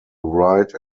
write